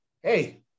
hey